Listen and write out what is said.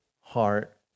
heart